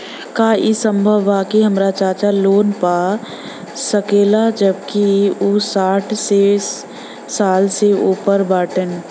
का ई संभव बा कि हमार चाचा लोन पा सकेला जबकि उ साठ साल से ऊपर बाटन?